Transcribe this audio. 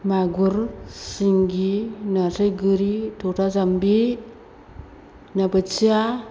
मागुर सिंगि नास्राय गोरि थथा जाम्बि ना बोथिया